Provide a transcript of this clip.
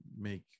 make